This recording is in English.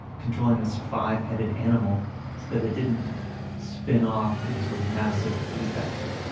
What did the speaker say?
controlling this five-headed animal so that it didn't spin off into a massive feedback loop